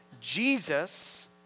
Jesus